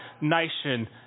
nation